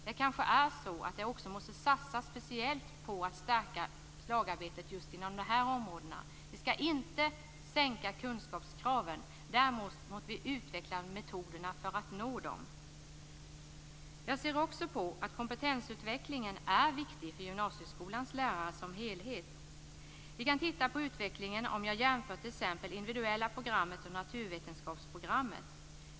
Det kanske också måste satsas speciellt på att stärka lagarbetet just inom de här områdena. Vi skall inte sänka kunskapskraven; däremot måste vi utveckla metoderna för att nå upp till dem. Jag anser också att kompetensutvecklingen är viktig för gymnasieskolans lärare som helhet. Man kan t.ex. jämföra det individuella programmet och naturvetenskapsprogrammet.